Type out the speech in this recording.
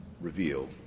reveal